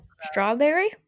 Strawberry